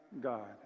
god